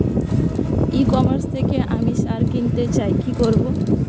E commerce থেকে আমি সার কিনতে চাই কি করব?